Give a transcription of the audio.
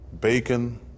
bacon